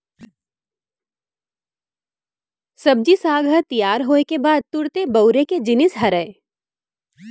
सब्जी साग ह तियार होए के बाद तुरते बउरे के जिनिस हरय